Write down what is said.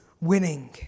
winning